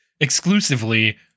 exclusively